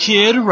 Kid